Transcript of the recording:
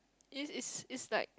it is it's like